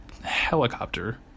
helicopter